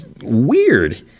weird